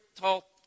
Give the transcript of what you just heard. tall